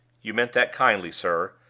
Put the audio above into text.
you meant that kindly, sir,